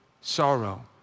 sorrow